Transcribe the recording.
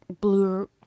blue